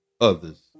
others